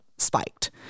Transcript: spiked